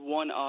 one